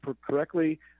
correctly